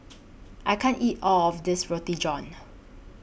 I can't eat All of This Roti John